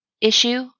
issue